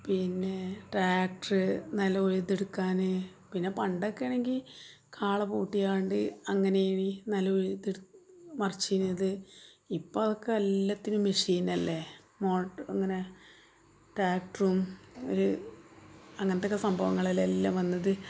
പിന്നെ ട്രാക്ട്ർ നിലം ഉഴുതെടുക്കാൻ പിന്നെ പണ്ടൊക്കെയാണെങ്കിൽ കാളപൂട്ടിക്കൊണ്ട് അങ്ങനെ നിലമുഴുത് മറിക്കുന്നത് ഇപ്പോൾ അതൊക്കെ എല്ലാത്തിനും മെഷീനല്ലേ ഇങ്ങനെ ട്രാക്ട്റും ഒരു അങ്ങനത്തെയൊക്കെ സംഭവങ്ങളല്ലേ എല്ലാം വന്നത്